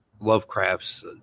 Lovecraft's